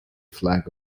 flag